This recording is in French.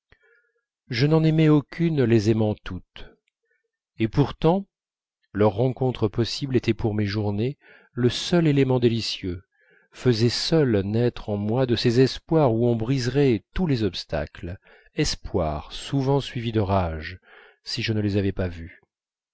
je n'en aimais aucune les aimant toutes et pourtant leur rencontre possible était pour mes journées le seul élément délicieux faisait seule naître en moi de ces espoirs où on briserait tous les obstacles espoirs souvent suivis de rage si je ne les avais pas vues